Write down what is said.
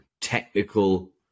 technical